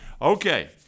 okay